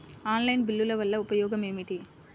Online బిల్లుల వల్ల ఉపయోగమేమిటీ?